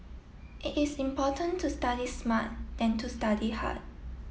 it is important to study smart than to study hard